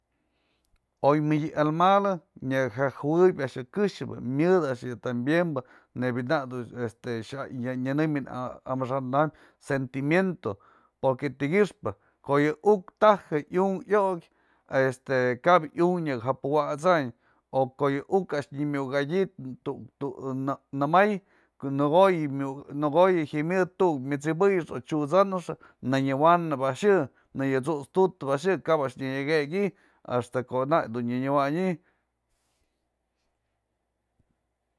O'oy mëdyë almal nyak ja jëwëp a'ax je këxëbë myëdë tambien bë neyb nak este ya nyanëmyën amaxa'an am sentimiento porque ti'i kyëxpë ko'o yë uktaj iukë iokë, este kap iunk nyak ja puwat'san o ko'o yë uk a'ax në nyamukatyë tu'u namäy në ko'o yë jyamyëd tu'uk myat'sipyë o t'siusanëxë nënyawanëp a'ax yë, nëdyasut tu'utëpax yë, kap a'ax nyanëkëky a'axta ko'o nak nyanëwany.